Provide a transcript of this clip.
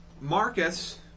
Marcus